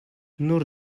nur